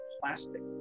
plastic